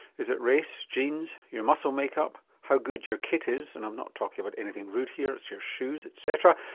is it race, genes, your muscle make-up, how good your kit is and i'm not talking about anything rude here, is it your shoes etc.